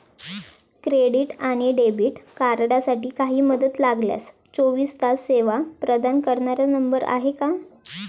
Credit आणि debit कार्डसाठी काही मदत लागल्यास चोवीस तास सेवा प्रदान करणारा नंबर आहे का?